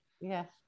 Yes